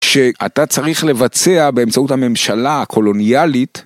שאתה צריך לבצע באמצעות הממשלה הקולוניאלית